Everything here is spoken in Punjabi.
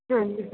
ਹਾਂਜੀ